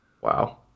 wow